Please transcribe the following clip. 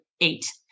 eight